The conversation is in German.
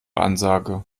ansage